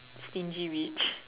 stingy rich